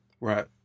right